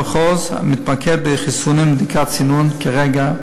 המחוז מתמקד בחיסונים ובדיקות צינון כרגע.